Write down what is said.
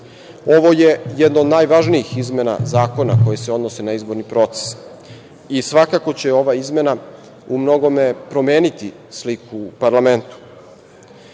je jedna od najvažnijih izmena zakona koji se odnose na izborni proces i svakako će ova izmena u mnogome promeniti sliku u parlamentu.